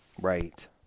Right